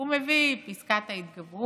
הוא מביא את פסקת ההתגברות,